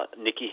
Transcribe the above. Nikki